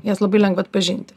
jas labai lengva atpažinti